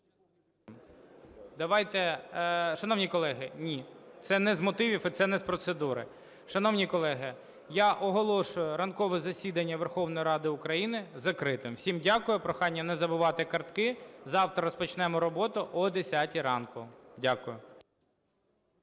Давайте… Шановні колеги! Ні, це не мотивів і це не з процедури. Шановні колеги, я оголошую ранкове засідання Верховної Ради України закритим. Всім дякую. Прохання не забувати картки. Завтра розпочнемо роботу о 10 ранку. Дякую.